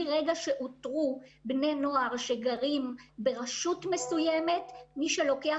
מרגע שאותרו בני נוער שגרים ברשות מסוימת מי שלוקח